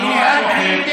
אני יודע